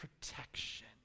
protection